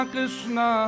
Krishna